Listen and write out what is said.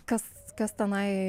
kas kas tenai